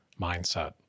mindset